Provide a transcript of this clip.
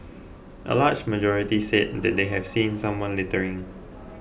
a large majority said that they have seen someone littering